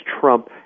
Trump